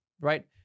right